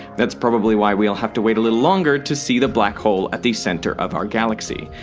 that's probably why we'll have to wait a little longer to see the black hole at the center of our galaxy.